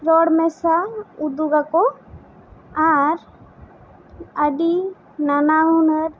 ᱨᱚᱲ ᱢᱮᱥᱟ ᱩᱫᱩᱜᱟᱠᱚ ᱟᱨ ᱟᱹᱰᱤ ᱱᱟᱱᱟ ᱦᱩᱱᱟᱹᱨ